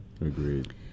Agreed